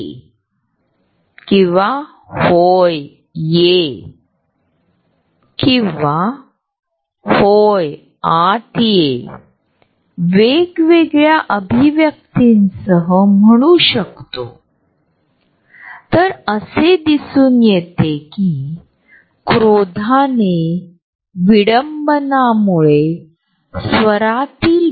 आम्हाला असे वाटते की जर या जागेचे उल्लंघन केले गेले आणि परिस्थिती किंवा लिंग किंवा वंश विचारात न घेतल्यास व्यक्तीं अचानक जवळ आल्या तर त्याचा परिणाम एखाद्या विशिष्ट चिंतेत किंवा आपली त्वरित प्रतिक्रिया म्हणजे आपण एकमेकांपासून दूर जातो